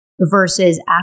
versus